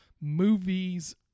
movies